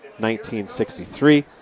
1963